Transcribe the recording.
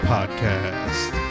Podcast